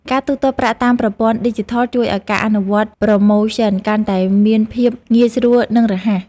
ការទូទាត់ប្រាក់តាមប្រព័ន្ធឌីជីថលជួយឱ្យការអនុវត្តប្រូម៉ូសិនកាន់តែមានភាពងាយស្រួលនិងរហ័ស។